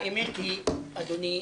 האמת היא, אדוני,